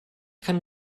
kann